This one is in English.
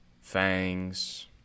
fangs